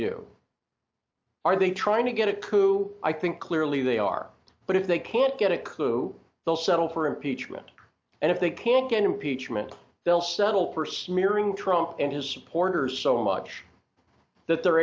do are they trying to get a coup i think clearly they are but if they can't get a clue they'll settle for impeachment and if they can't get impeachment they'll settle for smearing trump and his supporters so much that they're